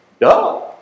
Duh